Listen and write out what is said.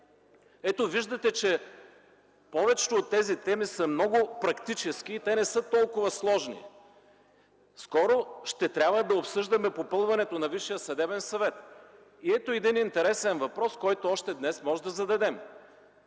Виждате, че повечето от тези теми са много практически и не са толкова сложни. Скоро ще трябва да обсъждаме попълването на Висшия съдебен съвет. И ето един интересен въпрос, който още днес можем да зададем.